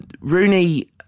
Rooney